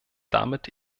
damit